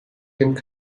dem